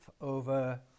over